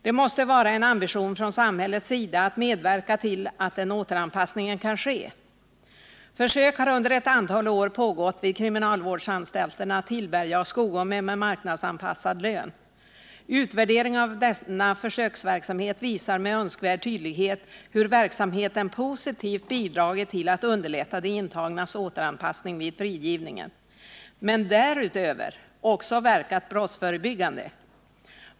Det måste vara en ambition från samhällets sida att medverka till att den återanpassningen kan ske. Försök har under ett antal år pågått vid kriminalvårdsanstalterna Tillberga och Skogome med marknadsanpassad lön. Utvärderingen av denna försöksverksamhet visar med önskvärd tydlighet hur verksamheten positivt bidragit till att underlätta de intagnas återanpassning vid frigivningen. Därutöver har den verkat brottsförebyggande.